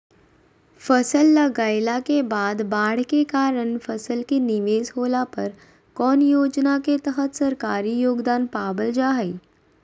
फसल लगाईला के बाद बाढ़ के कारण फसल के निवेस होला पर कौन योजना के तहत सरकारी योगदान पाबल जा हय?